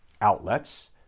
outlets